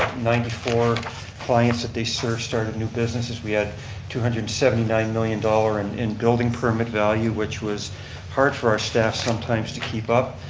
ninety four clients that they served, started new businesses. we had two hundred and seventy nine million dollars and in building permit value which was hard for our staff sometimes to keep up.